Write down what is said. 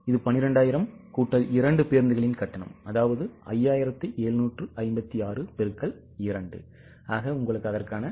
இது 12000 கூட்டல் 2 பேருந்துகளின் கட்டணம் அதாவது 5756 பெருக்கல் 2